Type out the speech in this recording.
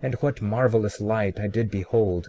and what marvelous light i did behold